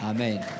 Amen